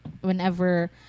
whenever